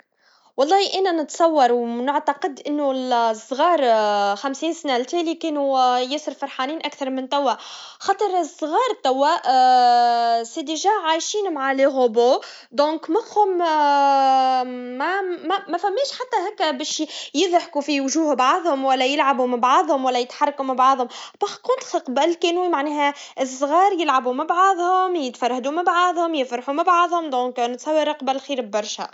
ممكن الأطفال اليوم عندهم تكنولوجيا وألعاب، وهذا يسهل عليهم الحياة، لكن بالمقابل صاروا يعانوا من ضغوطات اجتماعية وعقلية أكثر من زمان. في الماضي كانوا أقلّ انشغال بالتكنولوجيا وكانوا يقضّوا وقت أكثر مع العائلة والأصحاب. لذلك، رغم التسهيلات التكنولوجية، ممكن كانوا أكثر سعادة من قبل.